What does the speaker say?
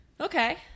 Okay